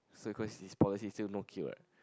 so it's cause his policy is still no kill right